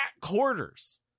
quarters